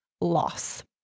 loss